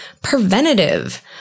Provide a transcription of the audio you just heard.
preventative